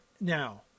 Now